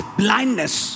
blindness